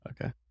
Okay